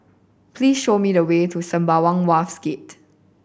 please show me the way to Sembawang Wharves Gate